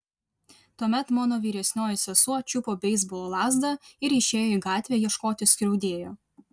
tuomet mano vyresnioji sesuo čiupo beisbolo lazdą ir išėjo į gatvę ieškoti skriaudėjo